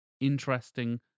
interesting